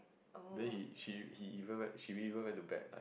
then he she he even went she even went to bet